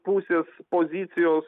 pusės pozicijos